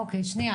אוקי, שניה.